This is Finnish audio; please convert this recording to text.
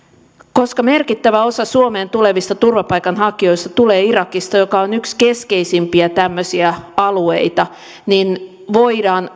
koska merkittävä osa suomeen tulevista turvapaikanhakijoista tulee irakista joka on yksi keskeisimpiä tämmöisiä alueita niin voidaan